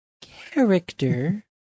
character